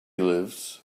lives